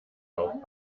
auf